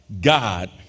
God